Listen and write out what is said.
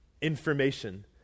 information